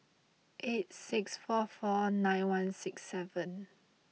eight six four four nine one six seven